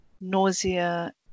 nausea